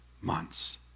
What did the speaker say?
months